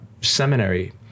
seminary